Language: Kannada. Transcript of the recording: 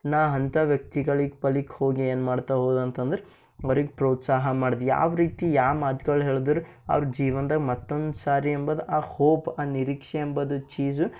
ನಾನು ಅಂಥ ವ್ಯಕ್ತಿಗಳಿಗೆ ಬಳಿಗೆ ಹೋಗಿ ಏನು ಮಾಡ್ತಾ ಹೋದೆ ಅಂತಂದರೆ ಅವ್ರಿಗೆ ಪ್ರೋತ್ಸಾಹ ಮಾಡಿದ ಯಾವ ರೀತಿ ಯಾವ ಮಾತುಗಳು ಹೇಳದ್ರೆ ಅವ್ರು ಜೀವನ್ದಾಗ ಮತ್ತೊಂದು ಸಾರಿ ಎಂಬದು ಆ ಹೋಪ್ ಆ ನಿರೀಕ್ಷೆ ಎಂಬದು ಚೀಸ್